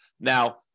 Now